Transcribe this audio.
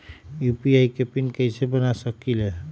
UPI के PIN कैसे बना सकीले?